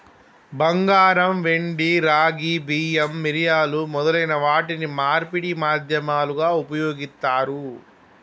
బంగారం, వెండి, రాగి, బియ్యం, మిరియాలు మొదలైన వాటిని మార్పిడి మాధ్యమాలుగా ఉపయోగిత్తారు